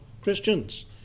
Christians